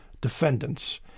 defendants